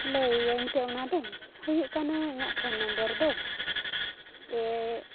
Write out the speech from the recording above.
ᱞᱟᱹᱭᱟᱹᱧ ᱯᱮ ᱚᱱᱟ ᱫᱚ ᱦᱩᱭᱩᱜ ᱠᱟᱱᱟ ᱤᱧᱟᱹᱜ ᱯᱷᱳᱱ ᱱᱟᱢᱵᱟᱨ ᱫᱚ ᱮᱻ